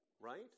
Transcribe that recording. right